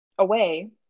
away